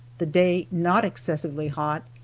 the day not excessively hot,